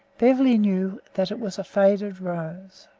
beverly knew that it was a faded rose!